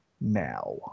now